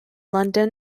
london